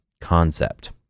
concept